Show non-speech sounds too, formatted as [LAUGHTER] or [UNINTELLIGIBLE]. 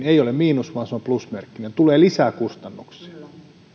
[UNINTELLIGIBLE] ei ole miinus vaan plusmerkkinen tulee lisää kustannuksia